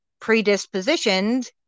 predispositioned